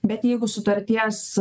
bet jeigu sutarties